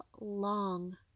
long